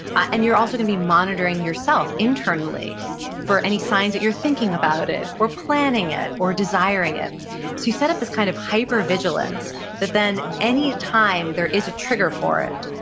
and you're also going to be monitoring yourself internally for any signs that you're thinking about it or planning it or desiring it. so you set up this kind of hypervigilance that then any time there is a trigger for it,